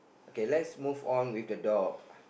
okay let's move on with the dog